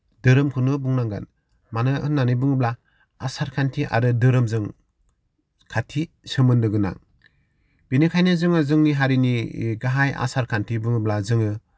धोरोमखौनो बुंनांगोन मानो होननानै बुङोब्ला आसार खान्थि आरो धोरोमजों खाथि सोमोन्दोगोनां बिनिखायनो जोङो जोंनि हारिनि गाहाइ आसार खान्थि बुङोब्ला जोङो